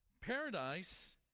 Paradise